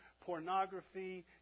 pornography